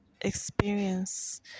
experience